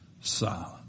silent